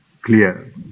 clear